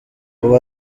ubu